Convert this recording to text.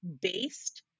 based